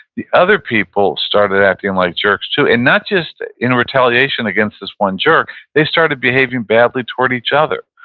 the other people started acting like jerks, too, and not just in retaliation against this one jerk. they started behaving badly toward each other.